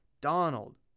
Donald